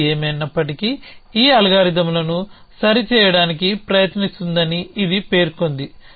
ఏది ఏమైనప్పటికీ ఈ అల్గారిథమ్లను సరిచేయడానికి ప్రయత్నిస్తుందని ఇది పేర్కొంది